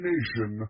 Nation